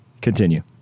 Continue